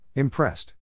Impressed